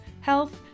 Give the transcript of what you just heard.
health